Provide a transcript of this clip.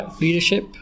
leadership